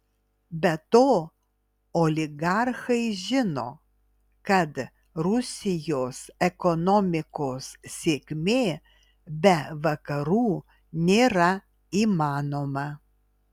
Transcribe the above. be to oligarchai žino kad rusijos ekonomikos sėkmė be vakarų nėra įmanoma